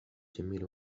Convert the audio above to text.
جميل